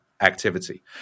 activity